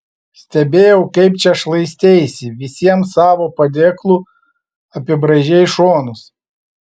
stebėjau kaip čia šlaisteisi visiems savo padėklu apibraižei šonus